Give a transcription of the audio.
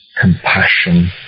compassion